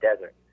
desert